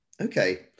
Okay